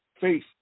faith